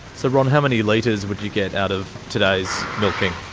so ron, how many litres would you get out of today's milking?